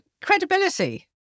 credibility